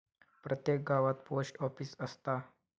प्रत्येक गावात post office असता